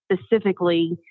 specifically